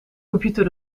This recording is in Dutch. computer